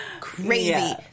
crazy